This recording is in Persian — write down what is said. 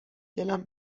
دلم